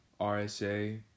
RSA